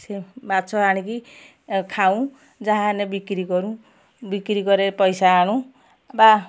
ସେ ମାଛ ଆଣିକି ଖାଉ ଯାହାହେଲେ ବିକ୍ରି କରୁ ବିକ୍ରି କରେ ପଇସା ଆଣୁ ବା